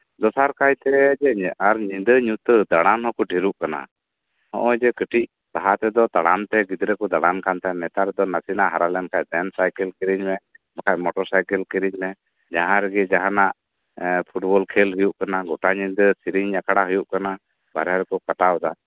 ᱫᱚᱥᱟᱨ ᱠᱟᱭᱛᱮ ᱧᱤᱫᱟᱹ ᱧᱩᱛᱟᱹᱛ ᱫᱟᱬᱟᱱ ᱦᱚᱲᱠᱚ ᱰᱷᱮᱨᱚᱜ ᱠᱟᱱᱟ ᱱᱚᱜ ᱚᱭ ᱡᱮ ᱠᱟᱹᱴᱤᱡ ᱞᱟᱦᱟᱛᱮᱫᱚ ᱛᱟᱲᱟᱢᱛᱮ ᱫᱟᱬᱟᱱ ᱠᱟᱱ ᱛᱟᱸᱦᱮᱜ ᱱᱮᱛᱟᱨ ᱫᱚ ᱱᱟᱥᱮᱱᱟᱜ ᱦᱟᱨᱟᱭᱮᱱ ᱠᱷᱟᱱ ᱫᱮᱱ ᱥᱟᱭᱠᱮᱞ ᱠᱤᱨᱤᱧ ᱢᱮ ᱵᱟᱠᱷᱟᱡ ᱢᱚᱴᱚᱨ ᱥᱟᱭᱠᱮᱞ ᱠᱤᱨᱤᱧ ᱢᱮ ᱡᱟᱸᱦᱟ ᱨᱮᱜᱮ ᱡᱟᱸᱦᱟᱱᱟᱜ ᱯᱷᱩᱴᱵᱚᱞ ᱠᱷᱮᱞ ᱦᱩᱭᱩᱜ ᱠᱟᱱᱟ ᱜᱳᱴᱟ ᱧᱤᱫᱟᱹ ᱥᱮᱨᱮᱧ ᱟᱠᱷᱲᱟ ᱦᱩᱭᱩᱜ ᱠᱟᱱᱟ ᱵᱟᱦᱨᱮ ᱨᱮᱠᱚ ᱠᱟᱴᱟᱣ ᱮᱫᱟ